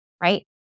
right